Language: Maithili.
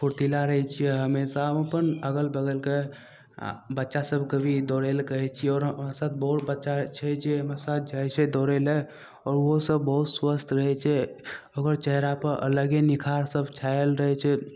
फुर्तिला रहय छियै हमेशा हम अपन अगल बगलके बच्चा सबके भी दौड़य लए कहय छियै आओर हमरा साथ बहुत बच्चा छै जे हमरा साथ जाइ छै दौड़य लए उहो सब बहुत स्वस्थ रहय छै ओकर चेहरापर अलगे निखार सब छायल रहय छै